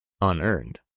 unearned